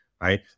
right